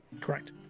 Correct